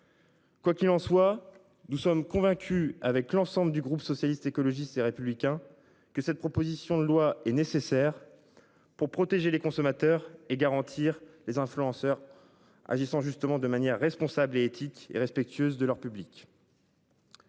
Quoi qu'il en soit, nous sommes convaincus avec l'ensemble du groupe socialiste, écologiste et républicain que cette proposition de loi est nécessaire. Pour protéger les consommateurs et garantir les influenceurs agissant justement de manière responsable et éthique et respectueuse de leur public.